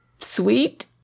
sweet